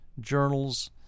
journals